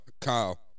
Kyle